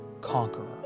conqueror